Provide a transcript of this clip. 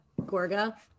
Gorga